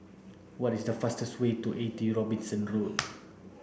what is the fastest way to eighty Robinson Road